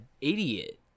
idiot